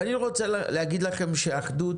ואני רוצה להגיד לכם שאחדות